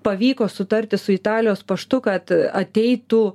pavyko sutarti su italijos paštu kad ateitų